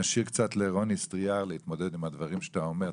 נשאיר קצת לרוני סטריאר להתמודד עם הדברים שאתה אומר.